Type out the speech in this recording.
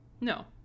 No